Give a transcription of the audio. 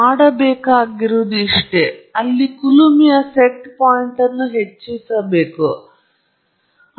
ಸಮಸ್ಯೆ ಇದೀಗ ಪರಿಹರಿಸಲ್ಪಡುತ್ತದೆ ನೀವು ಮಾಡಬೇಕಾಗಿರುವುದೆಲ್ಲಾ ಅಲ್ಲಿ ಕುಲುಮೆಯ ಸೆಟ್ ಪಾಯಿಂಟ್ ಅನ್ನು ಹೆಚ್ಚಿಸಬೇಕು ನೀವು ಹೋಗಬೇಕಾಗಬಹುದು